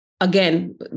Again